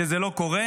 שזה לא קורה,